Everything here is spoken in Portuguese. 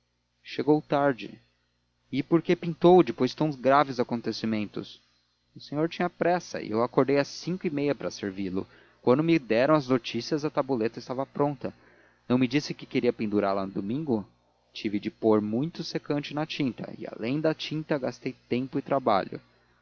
chegou tarde e por que pintou depois de tão graves acontecimentos o senhor tinha pressa e eu acordei às cinco e meia para servi-lo quando me deram as notícias a tabuleta estava pronta não me disse que queria pendurá-la domingo tive de pôr muito secante na tinta e além da tinta gastei tempo e trabalho